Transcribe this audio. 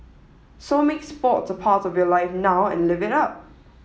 so make sports a part of your life now and live it up